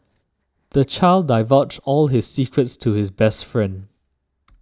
the child divulged all his secrets to his best friend